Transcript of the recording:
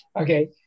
Okay